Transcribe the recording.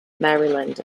maryland